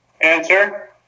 Answer